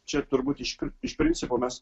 čia turbūt iškri iš principo mes